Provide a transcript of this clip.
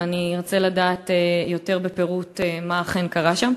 ואני ארצה לדעת יותר בפירוט מה אכן קרה שם.